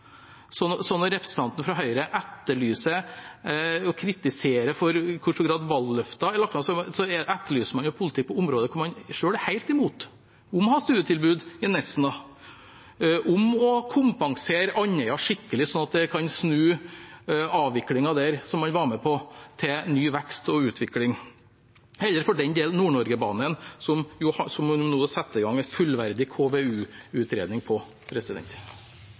når representanten fra Høyre etterlyser og kritiserer oss for i hvor stor grad valgløfter er lagt fram, etterlyser man politikk på områder hvor man selv er helt imot – som å ha studietilbud i Nesna, som å kompensere Andøya skikkelig, sånn at man kan snu avviklingen man var med på der, til ny vekst og utvikling, eller for den del Nord-Norgebanen, som man nå setter i gang en fullverdig